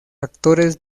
actores